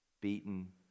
beaten